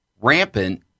rampant